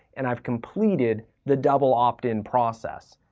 and i've completed the double opt-in process.